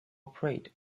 operate